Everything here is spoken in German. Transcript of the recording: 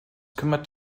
kümmert